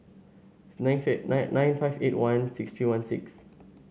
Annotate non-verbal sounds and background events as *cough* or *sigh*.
nine *unintelligible* nine nine five eight one six three one six